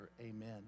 Amen